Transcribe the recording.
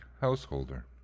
householder